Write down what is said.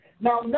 Now